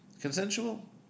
consensual